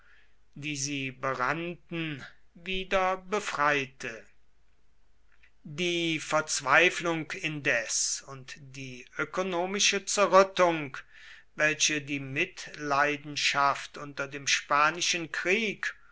die sie berannten wieder befreite die verzweiflung indes und die ökonomische zerrüttung welche die mitleidenschaft unter dem spanischen krieg